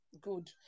Good